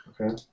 Okay